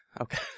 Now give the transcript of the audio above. Okay